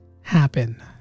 happen